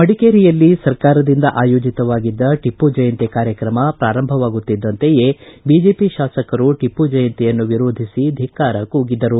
ಮಡಿಕೇರಿಯಲ್ಲಿ ಸರ್ಕಾರದಿಂದ ಆಯೋಜಿತವಾಗಿದ್ದ ಟಿಪ್ಪುಜಯಂತಿ ಕಾರ್ಯಕ್ರಮ ಪ್ರಾರಂಭವಾಗುತ್ತಿದ್ದಂತೆಯೇ ಬಿಜೆಪಿ ಶಾಸಕರು ಟಪ್ಪು ಜಯಂತಿಯನ್ನು ವಿರೋಧಿಸಿ ಧಿಕ್ಕಾರ ಕೂಗಿದರು